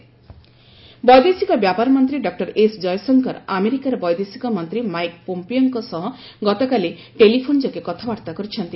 EAM Jaishankar ବୈଦେଶିକ ବ୍ୟାପାର ମନ୍ତ୍ରୀ ଡକୁର ଏସ୍ ଜୟଶଙ୍କର ଆମେରିକାର ବୈଦେଶିକ ମନ୍ତ୍ରୀ ମାଇକ୍ ପୋମ୍ପିଓଙ୍କ ସହ ଗତକାଲି ଟେଲିଫୋନ୍ ଯୋଗେ କଥାବାର୍ତ୍ତା କରିଛନ୍ତି